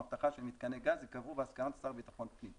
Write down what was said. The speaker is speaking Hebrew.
או אבטחה של מיתקני גז ייקבעו בהסכמת השר לביטחון פנים".